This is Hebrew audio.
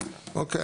אוקיי.